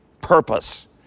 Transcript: purpose